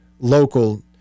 local